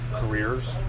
careers